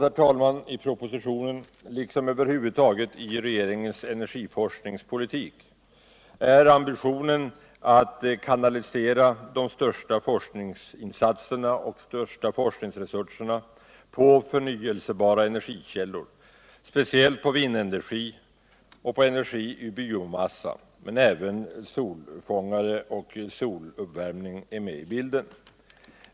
En röd tråd i propositionen, liksom över huvud taget i regeringens energiforskningspolitik, är ambitionen att inrikta de största forskningsinsatserna och forskningsresurserna på förnyelsebara energikällor, speciellt på vindenergi och på energi ur biomassa. Men även solfångare och soluppvärmning är med i bilden.